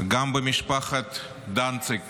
גם במשפחת דנציג